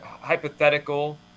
hypothetical